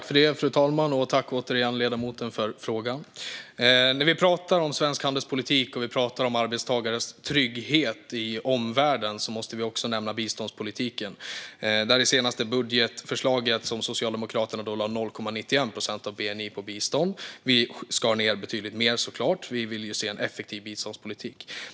Fru talman! Jag tackar återigen ledamoten för frågan. När vi talar om svensk handelspolitik och arbetstagares trygghet i omvärlden måste vi också nämna biståndspolitiken. I det senaste budgetförslaget lade Socialdemokraterna 0,91 procent av bni på bistånd. Vi skar såklart ned betydligt mer; vi vill ju se en effektiv biståndspolitik.